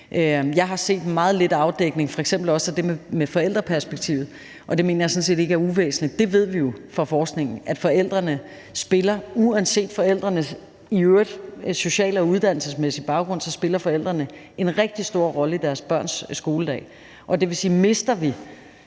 Jeg har set en meget let afdækning af f.eks. også det med forældreperspektivet, og det mener jeg sådan set ikke er uvæsentligt. Vi ved jo fra forskningen, at forældrene uanset forældrenes i øvrigt sociale og uddannelsesmæssige baggrund spiller en rigtig stor rolle i deres børns skoledag, og det vil sige, at mister vi